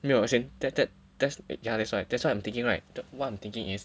没有 as in that that that's ya that's why that's what I'm thinking right what I'm thinking is